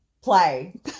play